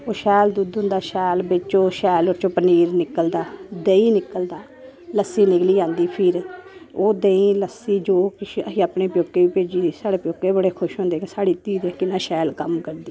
शैल दुध्द होंदा शैल बेच्चो शैल ओह्दे चों पनीर निकलदा देहीं निकलदा लस्सी निकली आंदी फिर ओह् देहीं लस्सी जो किश अस अपने प्योके बी भेजने साढ़े प्योकै बी बड़े खुश होंदे कि साढ़ी धी दिक्ख किन्ना शैल कम्म करदी